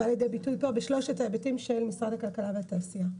בא לידי ביטוי פה בשלושת ההיבטים של משרד הכלכלה והתעשייה.